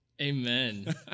Amen